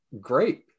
great